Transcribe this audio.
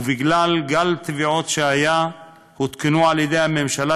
ובגלל גל טביעות שהיה הותקנו על-ידי הממשלה